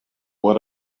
what